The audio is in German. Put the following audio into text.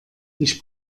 ich